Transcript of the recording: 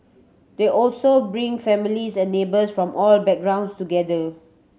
they also bring families and neighbours from all backgrounds together